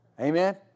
Amen